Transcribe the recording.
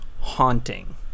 haunting